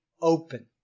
open